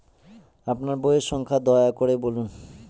আপনার বইয়ের সংখ্যা দয়া করে বলুন?